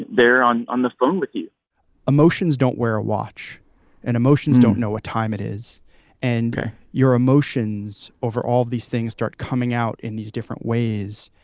they're on on the phone with you emotions don't wear a watch and emotions don't know what time it is and your emotions over all of these things start coming out in these different ways.